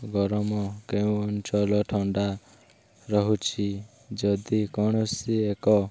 ଗରମ କେଉଁ ଅଞ୍ଚଳ ଥଣ୍ଡା ରହୁଛି ଯଦି କୌଣସି ଏକ